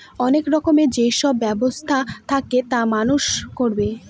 অনেক রকমের যেসব ব্যবসা থাকে তা মানুষ করবে